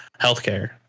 healthcare